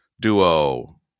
duo